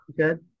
Okay